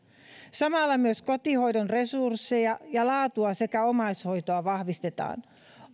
samalla myös kotihoidon resursseja ja laatua sekä omaishoitoa vahvistetaan